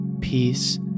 peace